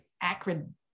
acrid